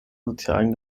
sozialen